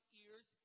ears